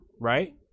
right